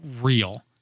real